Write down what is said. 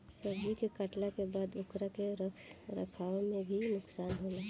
सब्जी के काटला के बाद ओकरा के रख रखाव में भी नुकसान होला